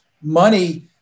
Money